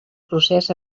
procés